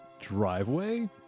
driveway